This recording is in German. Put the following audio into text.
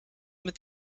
mit